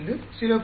5 0